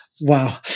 Wow